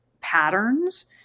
patterns